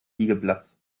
liegeplatz